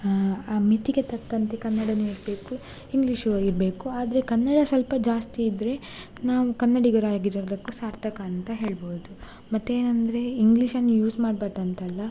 ಹಾಂ ಆ ಮಿತಿಗೆ ತಕ್ಕಂತೆ ಕನ್ನಡವೂ ಇರಬೇಕು ಇಂಗ್ಲೀಷೂ ಇರಬೇಕು ಆದರೆ ಕನ್ನಡ ಸ್ವಲ್ಪ ಜಾಸ್ತಿ ಇದ್ದರೆ ನಾವು ಕನ್ನಡಿಗರಾಗಿರೋದಕ್ಕೂ ಸಾರ್ಥಕ ಅಂತ ಹೇಳ್ಬೋದು ಮತ್ತೇನಂದರೆ ಇಂಗ್ಲೀಷನ್ನು ಯೂಸ್ ಮಾಡಬಾರ್ದಂತಲ್ಲ